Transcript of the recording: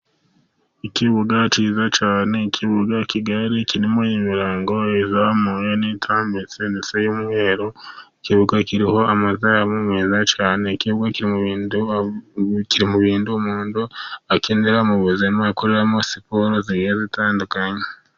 Ikibuga Kiza cyane, ikibuga kigari, kirimo imirongo izamuye, n'itambitse, ndetse y'umweru, ikibuga kiriho amazamu meza cyane, ikibuga kiri mu bintu umuntu akenera, mu buzima akoreramo siporo zigiye zitandukanye.